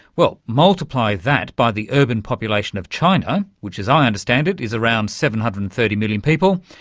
well, multiply that by the urban population of china, which as i understand it is around seven hundred and thirty million people,